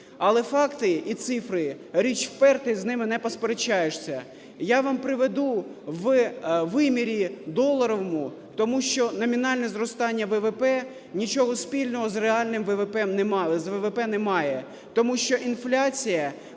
Але факти і цифри - річ вперта, і з ними не посперечаєшся. Я вам приведу в вимірі доларовому, тому що номінальне зростання ВВП нічого спільного з реальним ВВП не має, тому що інфляція